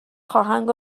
خواهند